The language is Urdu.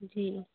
جی